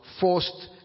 forced